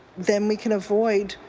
then we can avoid